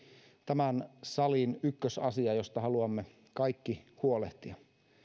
tämän salin ykkösasia josta haluamme kaikki huolehtia